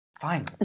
Fine